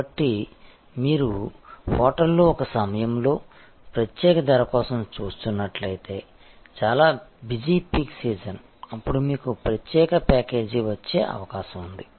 కాబట్టి మీరు హోటల్లో ఒక సమయంలో ప్రత్యేక ధర కోసం చూస్తున్నట్లయితే చాలా బిజీ పీక్ సీజన్ అప్పుడు మీకు ప్రత్యేక ప్యాకేజీ వచ్చే అవకాశం లేదు